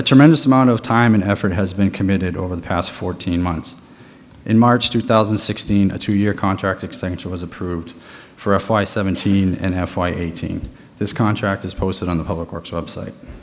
a tremendous amount of time and effort has been committed over the past fourteen months in march two thousand and sixteen a two year contract extension was approved for f i seventeen and half i eighteen this contract is posted on the public works of site